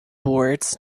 boards